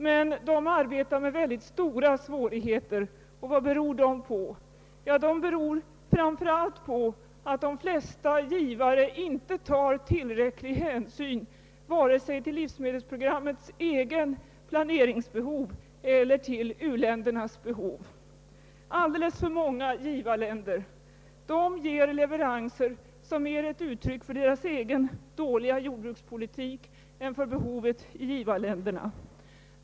Men man arbetar här under mycket svåra förhållanden. Vad beror då dessa förhållanden på? Jo, framför allt är orsaken att de flesta givare inte tar tillräcklig hänsyn vare sig till livsmedelsprogrammets eget planeringsbehov eller till u-ländernas behov. Alldeles för många länder ger l1everanser som snarare är ett uttryck för deras egen dåliga jordbrukspolitik än för behoven i mottagarländerna.